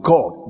God